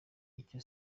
icyo